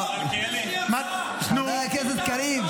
חבר הכנסת קריב.